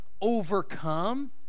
overcome